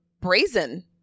brazen